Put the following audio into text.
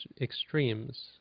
extremes